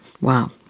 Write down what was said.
Wow